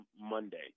Monday